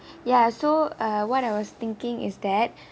ya so uh what I was thinking is that